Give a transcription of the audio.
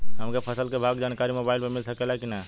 हमके फसल के भाव के जानकारी मोबाइल पर मिल सकेला की ना?